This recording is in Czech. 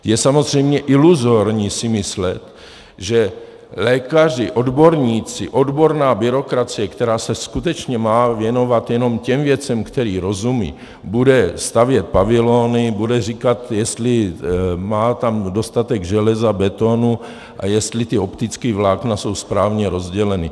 Je samozřejmě iluzorní si myslet, že lékaři, odborníci, odborná byrokracie, která se má skutečně věnovat jenom těm věcem, kterým rozumí, bude stavět pavilony, bude říkat, jestli tam má dostatek železa, betonu a jestli ta optická vlákna jsou správně rozdělena.